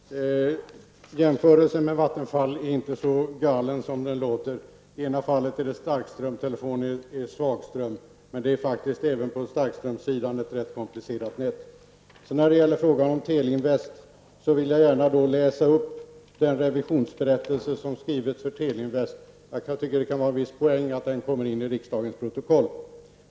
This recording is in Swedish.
Herr talman! Jämförelsen med Vattenfall är inte så galen som den låter. I det ena fallet gäller det starkström, medan det när det gäller telefoner är fråga om svagström. Men det är faktiskt även på starkströmssidan ett rätt komplicerat nät. När det sedan gäller frågan om Teleinvest vill jag gärna läsa upp den revisionsberättelse som skrivits för Teleinvest. Jag tycker att det kan ligga en viss poäng i att den förs in i riksdagens protokoll.